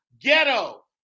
ghetto